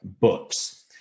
books